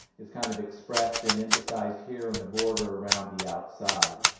it's kind of expressed and emphasized here on the border around the outside.